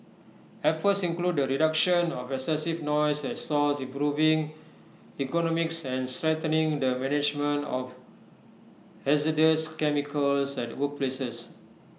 efforts include the reduction of excessive noise at source improving ergonomics and strengthening the management of hazardous chemicals at workplaces